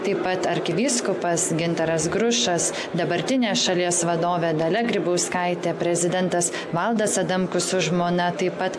taip pat arkivyskupas gintaras grušas dabartinė šalies vadovė dalia grybauskaitė prezidentas valdas adamkus su žmona taip pat